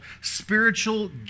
spiritual